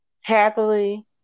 happily